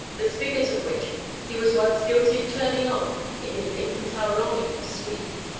the spigot of which he was once guilty of turning on in his infantile longing for sweets,